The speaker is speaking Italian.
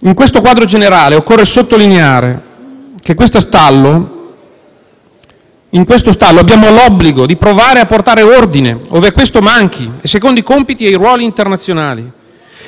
In tale quadro generale occorre sottolineare che in questo stallo abbiamo l'obbligo di provare a portare ordine ove questo manchi secondo i compiti e i ruoli internazionali.